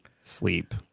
sleep